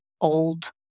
old